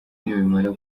nibimara